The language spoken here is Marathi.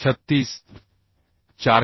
448